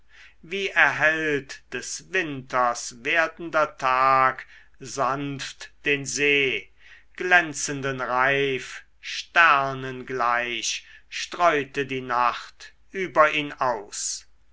wie erhellt des winters werdender tag sanft den see glänzenden reif sternen gleich streute die nacht über ihn aus